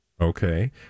Okay